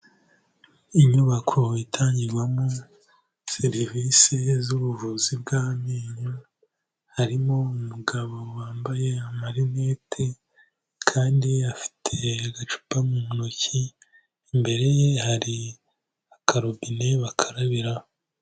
Inyubako itangirwamo serivisi z'ubuvuzi bw'amenyo, harimo umugabo wambaye amarinete kandi afite agacupa mu ntoki, imbere ye hari akarobine bakarabira.